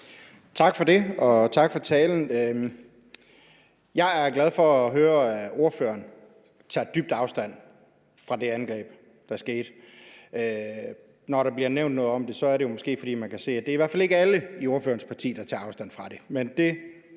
Tak for det. Og tak for talen. Jeg er glad for at høre, at ordføreren tager dybt afstand fra det angreb, der skete. Når der bliver nævnt noget om det, er det jo måske, fordi man kan se, at det i hvert fald ikke er alle i ordførerens parti, der tager afstand fra det,